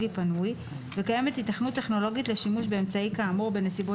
פנוי וקיימת היתכנות טכנולוגית לשימוש באמצעי כאמור בנסיבות